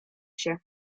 się